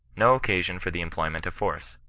no occasion for the employment of force.